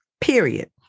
period